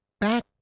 back